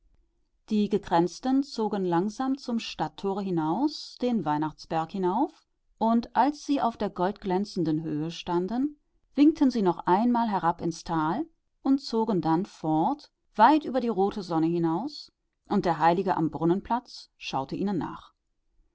die gekränzten zogen langsam zum stadttore hinaus den weihnachtsberg hinauf und als sie auf der goldglänzenden höhe standen winkten sie noch einmal herab ins tal und zogen dann fort weit über die rote sonne hinaus und der heilige am brunnenplatz schaute ihnen nach